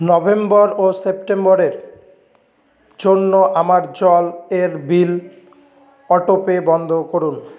November ও সেপ্টেম্বরের জন্য আমার জল এর বিল অটোপে বন্ধ করুন